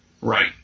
right